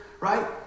Right